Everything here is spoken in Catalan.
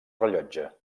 rellotge